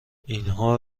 اینها